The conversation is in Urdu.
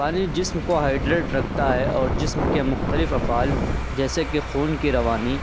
پانی جسم کو ہائڈریٹ رکھتا ہے اور جسم کے مختلف افعال جیسے کہ خون کی روانی